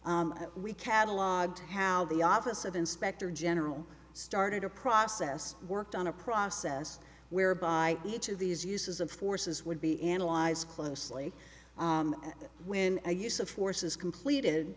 we catalogued how the office of inspector general started a process worked on a process whereby each of these uses of forces would be analyzed closely when a use of force is completed